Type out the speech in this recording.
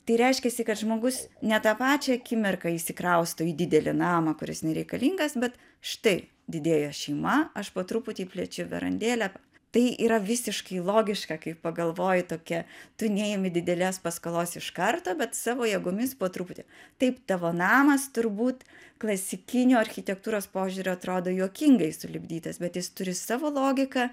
tai reiškiasi kad žmogus ne tą pačią akimirką įsikrausto į didelį namą kuris nereikalingas bet štai didėja šeima aš po truputį plečiu verandėlę tai yra visiškai logiška kai pagalvoji tokia tu neimi didelės paskolos iš karto bet savo jėgomis po truputį taip tavo namas turbūt klasikiniu architektūros požiūriu atrodo juokingai sulipdytas bet jis turi savo logiką